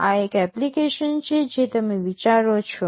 આ એક એપ્લિકેશન છે જે તમે વિચારો છો